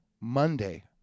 Monday